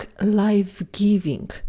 life-giving